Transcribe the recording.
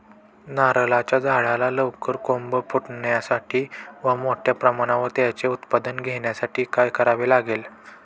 नारळाच्या झाडाला लवकर कोंब फुटण्यासाठी व मोठ्या प्रमाणावर त्याचे उत्पादन घेण्यासाठी काय करावे लागेल?